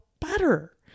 better